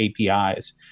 APIs